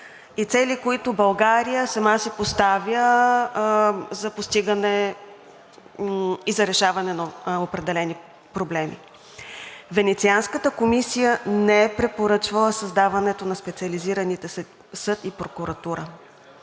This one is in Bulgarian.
и цели, които България сама си поставя за постигане и за решаване на определени проблеми. Венецианската комисия не е препоръчвала създаването на специализираните съд и прокуратура.